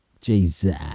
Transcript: jesus